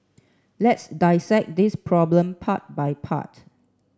let's dissect this problem part by part